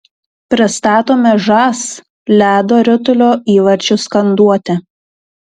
pristatome žas ledo ritulio įvarčių skanduotę